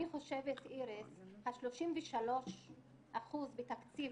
אני חושבת, איריס, שה-33% בתקציב